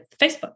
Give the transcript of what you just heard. Facebook